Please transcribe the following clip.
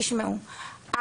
תשמעו,